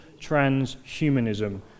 Transhumanism